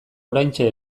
oraintxe